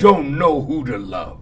don't know who to love